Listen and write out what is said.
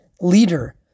leader